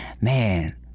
man